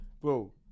bro